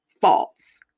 false